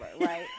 right